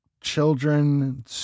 children